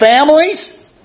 families